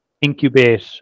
incubate